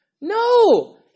No